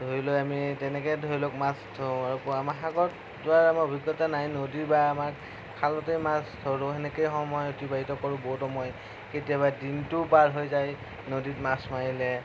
ধৰিলৈ আমি তেনেকৈ ধৰি লওঁক মাছটো এনেকুৱা সাগৰত যোৱাৰ আমাৰ অভিজ্ঞতা নাই নদী বা আমাৰ খালতে মাছ ধৰোঁ সেনেকে সময় অতিবাহিত কৰোঁ বহুত সময় কেতিয়াবা দিনটোও পাৰ হৈ যায় নদীত মাছ মাৰিলে